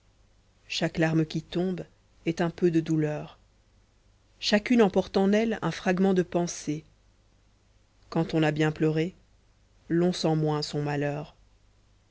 chaque larme qui tombe est un peu de douleur chacune emporte en elle un fragment de pensée quand on a bien pleuré l'on sent moins son malheur